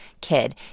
kid